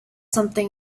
something